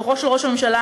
שלוחו של ראש הממשלה,